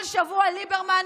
כל שבוע ליברמן,